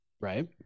Right